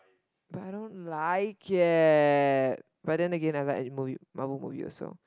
but I don't like it but then again I like any Marvel movie also